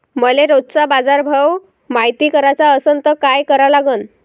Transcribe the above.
मले रोजचा बाजारभव मायती कराचा असन त काय करा लागन?